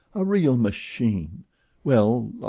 a real machine well,